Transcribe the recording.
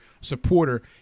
supporter